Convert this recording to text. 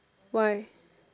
why